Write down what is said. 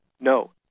No